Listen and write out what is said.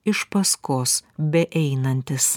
iš paskos beeinantis